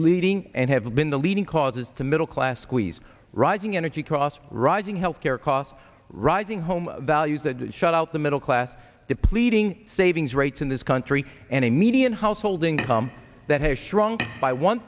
leading and have been the leading cause of the middle class squeeze rising energy costs rising health care costs rising home values that shut out the middle class depleting savings rates in this country and a median household income that has shrunk by one